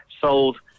sold